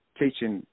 teaching